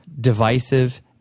divisive